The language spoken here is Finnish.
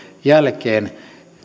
jälkeen